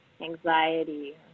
anxiety